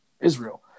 Israel